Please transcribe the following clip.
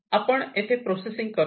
आपण येथे प्रोसेसिंग करतो